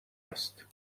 هست